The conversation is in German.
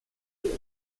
sie